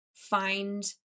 find